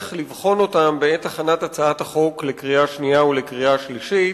לבחון בעת הכנת הצעת החוק לקריאה שנייה ולקריאה שלישית.